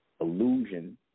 Illusion